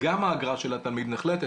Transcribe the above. גם האגרה של התלמיד נחלטת,